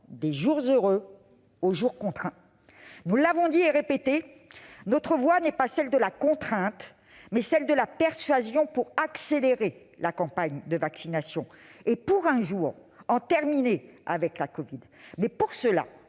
des « jours heureux » aux « jours contraints ». Nous l'avons dit et répété, notre voie n'est pas celle de la contrainte, mais celle de la persuasion pour accélérer la campagne de vaccination et pour, un jour, en terminer avec la covid. Mais, pour cela,